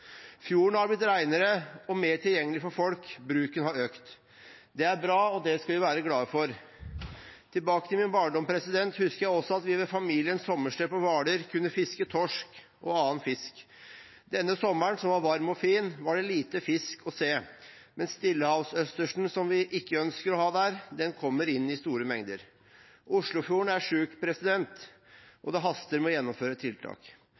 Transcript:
Fjorden har blitt renere og mer tilgjengelig for folk, og bruken har økt. Det er bra, og det skal vi være glade for. Tilbake til min barndom husker jeg også at vi ved familiens sommersted på Hvaler kunne fiske torsk og annen fisk. Denne sommeren, som var varm og fin, var det lite fisk å se, men stillehavsøstersen, som vi ikke ønsker å ha der, kommer inn i store mengder. Oslofjorden er syk, og det haster med å gjennomføre tiltak.